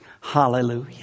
Hallelujah